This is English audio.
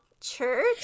church